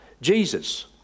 Jesus